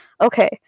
Okay